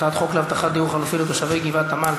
הצעת חוק להבטחת דיור חלופי לתושבי גבעת-עמל,